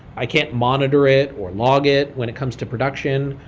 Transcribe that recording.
i can't monitor it or log it when it comes to production.